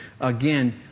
again